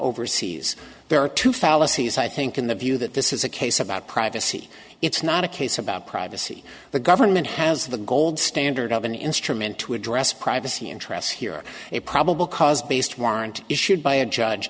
overseas there are two fallacies i think in the view that this is a case about privacy it's not a case about privacy the government has the gold standard of an instrument to address privacy interests here a probable cause based warrant issued by a judge